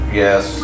yes